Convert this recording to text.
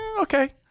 okay